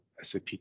SAP